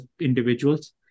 individuals